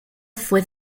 fue